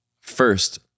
first